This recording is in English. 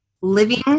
living